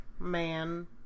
Man